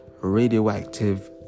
radioactive